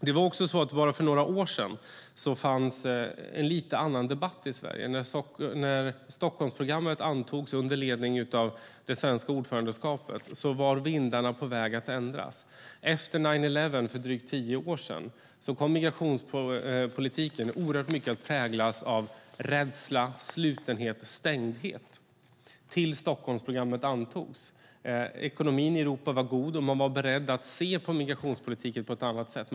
Det var också så att det bara för några år sedan fanns en lite annan debatt i Sverige. När Stockholmsprogrammet antogs, under ledning av det svenska ordförandeskapet, var vindarna på väg att vända. Efter "nine eleven" för drygt tio år sedan kom migrationspolitiken oerhört mycket att präglas av rädsla, slutenhet och stängdhet tills Stockholmsprogrammet antogs. Ekonomin i Europa var god och man var beredd att se på migrationspolitiken på ett annat sätt.